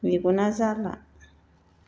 मेगना जाला